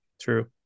True